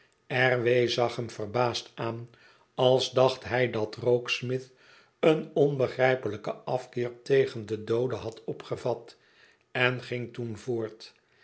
w zag hem verbaasd aan als dacht'hij dat rokesmith een onbegrijpelijken afkeer tegen den doode had opgevat en ging toen voort